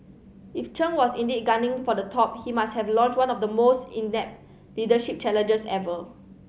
if Chen was indeed gunning for the top he must have launched one of the most inept leadership challenges ever